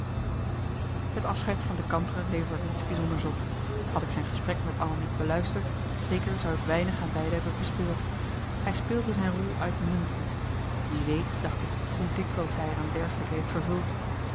het afscheid van de kantere leverde niets bijzonders op had ik zijn gesprek met anna niet beluisterd zeker zou ik weinig aan beiden hebben bespeurd hij speelde zijn rol uitmuntend wie weet dacht ik hoe dikwijls hij er een dergelijke heeft vervuld